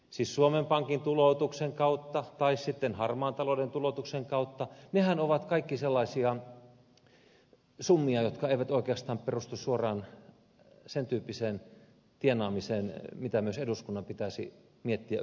siis suomen pankin tuloutuksen kautta tai sitten harmaan talouden tuloutuksen kautta tulevat rahasummathan ovat kaikki sellaisia summia jotka eivät oikeastaan perustu suoraan sentyyppiseen tienaamiseen mitä myös eduskunnan pitäisi miettiä yhä enemmän